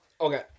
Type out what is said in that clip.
Okay